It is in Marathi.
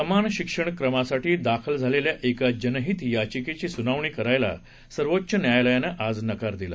समान शिक्षणक्रमासाठी दाखल झालेल्या एका जनहित याचिकेची सुनावणी करायला सर्वोच्च न्यायालयानं आज नकार दिला